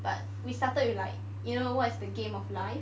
but we started with like you know what's the game of life